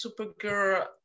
Supergirl